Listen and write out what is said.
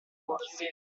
corsi